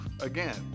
again